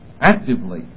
actively